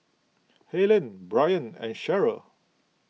Helyn Byron and Cherryl